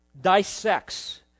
dissects